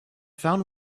found